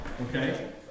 okay